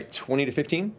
twenty to fifteen?